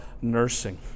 nursing